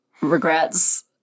regrets